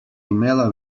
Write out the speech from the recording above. imela